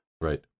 right